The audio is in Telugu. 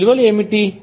ఈ విలువలు ఏమిటి